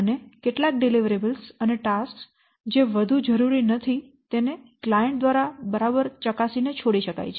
અને કેટલાક ડિલિવરીબલ્સ અને ટાસ્કસ જે વધુ જરૂરી નથી તેને ક્લાયંટ દ્વારા બરાબર ચકાસીને છોડી શકાય છે